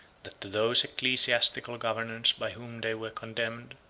that to those ecclesiastical governors by whom they were condemned,